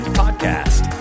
podcast